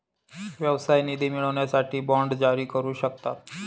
व्यवसाय निधी मिळवण्यासाठी बाँड जारी करू शकता